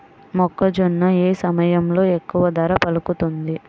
మొక్కజొన్న ఏ సమయంలో ఎక్కువ ధర పలుకుతుంది?